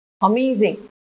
Amazing